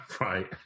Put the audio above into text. right